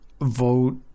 vote